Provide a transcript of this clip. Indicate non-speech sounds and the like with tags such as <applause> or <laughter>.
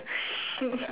<laughs>